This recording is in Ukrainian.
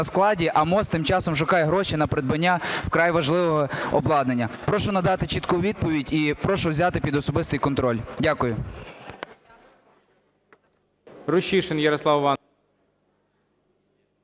складі, а МОЗ тим часом шукає гроші на придбання вкрай важливого обладнання? Прошу надати чітку відповідь і прошу взяти під особистий контроль. Дякую. ГОЛОВУЮЧИЙ. Рущишин Ярослав